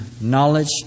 knowledge